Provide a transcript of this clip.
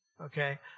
Okay